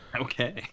Okay